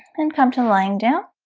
and come to lying down